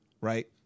right